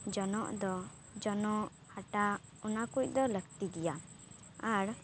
ᱡᱚᱱᱚᱜ ᱫᱚ ᱡᱚᱱᱚᱜ ᱦᱟᱴᱟᱜ ᱚᱱᱟ ᱠᱩᱡ ᱫᱚ ᱞᱟᱹᱠᱛᱤ ᱜᱮᱭᱟ ᱟᱨ